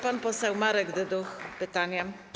Pan poseł Marek Dyduch, pytanie.